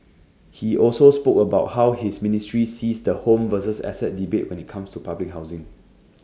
he also spoke about how his ministry sees the home versus asset debate when IT comes to public housing